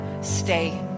stay